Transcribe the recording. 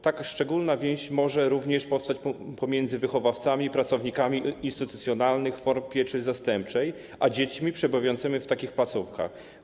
Taka szczególna więź może również powstać pomiędzy wychowawcami i pracownikami instytucjonalnych form pieczy zastępczej a dziećmi przebywającymi w takich placówkach.